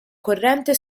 corrente